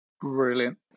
Brilliant